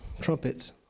trumpets